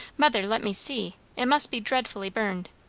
mother, let me see. it must be dreadfully burned.